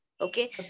Okay